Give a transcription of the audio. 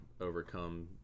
overcome